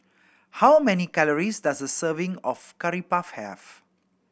how many calories does a serving of Curry Puff have